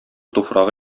туфрагы